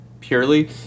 purely